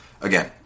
again